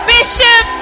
Bishop